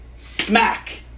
Smack